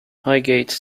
highgate